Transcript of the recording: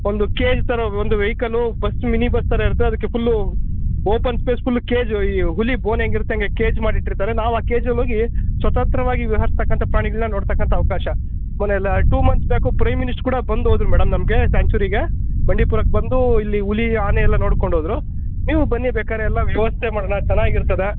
ಒಂದು ಕೇಜ್ ಥರ ಒಂದು ವೆಹಿಕಲ್ಲು ಬಸ್ ಮಿನಿ ಬಸ್ ಥರ ಇರ್ತದೆ ಅದಕ್ಕೆ full open space full cage ಈ ಹುಲಿ ಬೋನು ಹೆಂಗಿರುತ್ತೆ ಹಂಗೆ ಕೇಜ್ ಮಾಡಿಟ್ಟಿರ್ತಾರೆ ನಾವು ಆ ಕೇಜಲ್ಲಿ ಹೋಗಿ ಸ್ವತಂತ್ರವಾಗಿ ವಿಹರಿಸ್ತಕ್ಕಂಥ ಪ್ರಾಣಿಗಳನ್ನ ನೋಡ್ತಕ್ಕಂಥ ಅವಕಾಶ ಮೊನ್ನೆ ಎಲ್ಲಾ two months back prime minister ಕೂಡ ಬಂದೋದ್ರು ಮೇಡಮ್ ನಮಗೆ ಸ್ಯಾಂಚುರಿಗೆ ಬಂಡೀಪುರಕ್ಕೆ ಬಂದು ಇಲ್ಲಿ ಹುಲಿ ಆನೆ ಎಲ್ಲ ನೋಡ್ಕೊಂಡೋದ್ರು ನೀವು ಬನ್ನಿ ಬೇಕಾದ್ರೆ ಎಲ್ಲಾ ವ್ಯವಸ್ಥೆ ಮಾಡೋಣ ಚೆನ್ನಾಗಿರ್ತದೆ